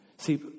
See